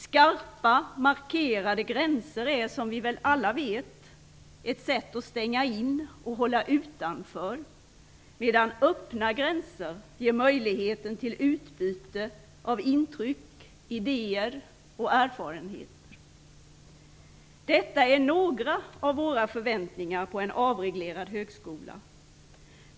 Skarpa markerade gränser är, som vi väl alla vet, ett sätt att stänga in och hålla utanför, medan öppna gränser ger möjlighet till utbyte av intryck, idéer och erfarenheter. Detta är några av våra förväntningar på en avreglerad högskola.